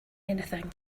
anything